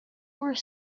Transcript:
were